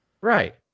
right